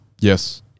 Yes